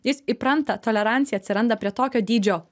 jis įpranta tolerancija atsiranda prie tokio dydžio